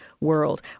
world